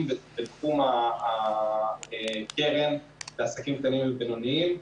בתחום הקרן לעסקים קטנים ובינוניים.